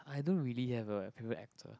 I don't really have a favourite actor